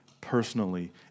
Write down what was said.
personally